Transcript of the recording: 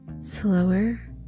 slower